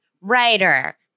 writer